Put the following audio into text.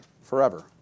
forever